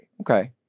Okay